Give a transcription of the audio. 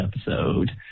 episode